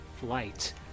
flight